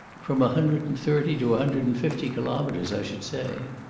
from a hundred and thirty to a hundred and fifty kilometres, i should say.